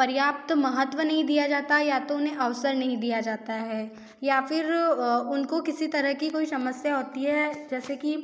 पर्याप्त महत्व नहीं दिया जाता है या तो उन्हें अवसर नहीं दिया जाता है या फिर उनको किसी तरह की कोई समस्या होती है जैसे कि